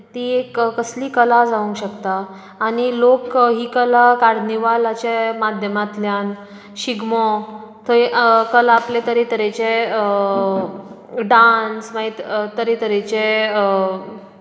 ती एक कसली कला जावंक शकता आनी लोक ही कला कार्निवालाच्या माध्यमांतल्यान शिगमो थंय कला आपले तरेतरेचे डांस मागीर तरेतरेचे